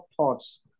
thoughts